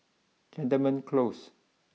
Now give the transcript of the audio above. Cantonment close